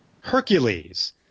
hercules